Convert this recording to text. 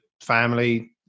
family